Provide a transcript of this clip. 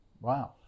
Wow